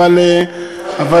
האם אתה מוכן להפסיק את ההסתה שלך?